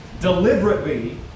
deliberately